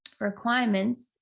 requirements